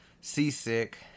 seasick